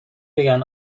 بگن